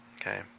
Okay